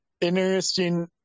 Interesting